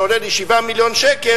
זה עולה לי 7 מיליון שקל,